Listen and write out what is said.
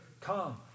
come